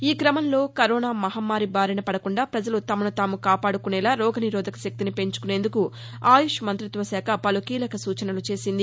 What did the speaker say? ఈ క్రమంలో కరోనా మహమ్మారి బారినపడకుండా ప్రజలు తమను తాము కాపాడుకునేలా రోగ నిరోధక శక్తిని పెంచుకొనేందుకు ఆయుష్ మంత్రిత్వశాఖ పలు కీలక సూచనలు చేసింది